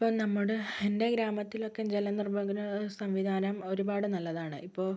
ഇപ്പോൾ നമ്മുടെ എൻ്റെ ഗ്രാമത്തിലൊക്കെ ജലനിർഗ്ഗമന സംവിധാനം ഒരുപാട് നല്ലതാണ് ഇപ്പോൾ